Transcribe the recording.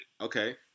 Okay